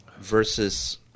versus